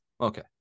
Okay